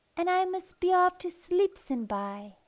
and i must be off to sleepsin-by,